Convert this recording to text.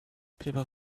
people